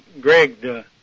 Greg